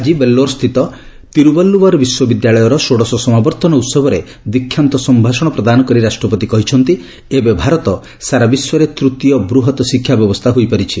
ଆଜି ବେଲୋରସ୍ଥିତ ତିରୁବଲୁବର୍ ବିଶ୍ୱବିଦ୍ୟାଳୟର ଷୋଡ଼ଶ ସମାବର୍ତ୍ତନ ଉହବରେ ଦୀକ୍ଷାନ୍ତ ସମ୍ଭାଷଣ ପ୍ରଦାନ କରି ରାଷ୍ଟ୍ରପତି କହିଛନ୍ତି ଏବେ ଭାରତ ସାରା ବିଶ୍ୱରେ ତୃତୀୟ ବୃହତ୍ ଶିକ୍ଷାବ୍ୟବସ୍ଥା ହୋଇପାରିଛି